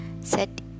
set